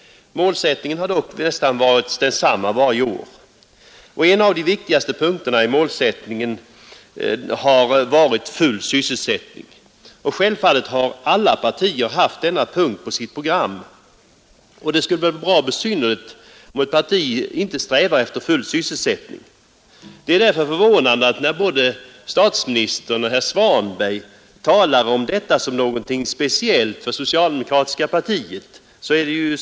Målsättningen har dock varit nästan densamma varje år. En av de viktigaste punkterna i målsättningen har varit full sysselsättning. Självfallet har alla partier haft denna punkt på sitt program, och bra besynnerligt skulle väl det partiet vara som inte strävar efter full sysselsättning. Det är därför förvånande att både statsministern och herr Svanberg talar om detta som någonting speciellt för det socialdemokratiska partiet.